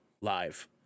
live